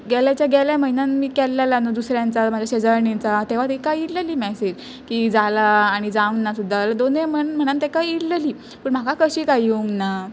गेल्याच्या गेल्या म्हयन्यान मी केल्लेंलां न्हू दुसऱ्यांचा म्हाज्या शेजारणीचां तेव्हां तेका इलेली मॅसेज की जालां आनी जावंक ना सुद्दां जाल्या दोनय म्हयन म्हयन्यांन तेका इलेली पूण म्हाका कशी काय येवंक ना